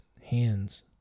hands